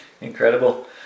incredible